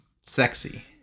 sexy